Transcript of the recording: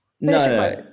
no